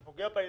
זה פוגע בילדים.